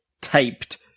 taped